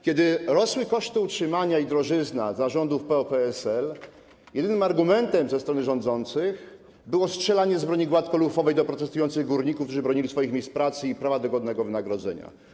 Kiedy rosły koszty utrzymania i drożyzna za rządów PO-PSL, jedynym argumentem ze strony rządzących było strzelanie z broni gładkolufowej do protestujących górników, którzy bronili swoich miejsc pracy i prawa do godnego wynagrodzenia.